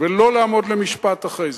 ולא לעמוד למשפט אחרי זה.